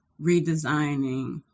redesigning